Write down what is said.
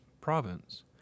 province